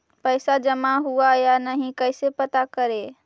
पैसा जमा हुआ या नही कैसे पता करे?